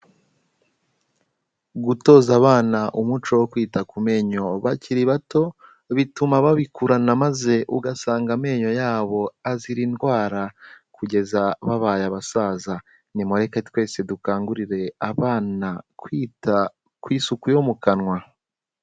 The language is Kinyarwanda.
Gutoza abana umuco wo kwita ku menyo bakiri bato, bituma babikurana maze ugasanga amenyo yabo azira indwara kugeza babaye abasaza, nimureke twese dukangurire abana kwita ku isuku yo mu kanwa.